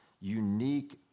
unique